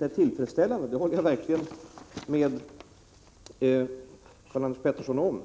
Herr talman! Jag håller med Karl-Anders Petersson om att situationen inte